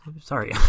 sorry